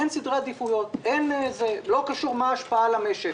אין סדרי עדיפויות על פי ההשפעה על המשק.